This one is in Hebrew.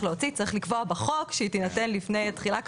להוציא צריך לקבוע בחוק שהיא תינתן לפני תחילה.